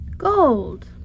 Gold